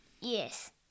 Yes